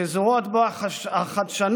שזורות בו החדשנות,